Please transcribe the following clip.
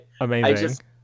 Amazing